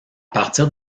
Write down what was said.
partir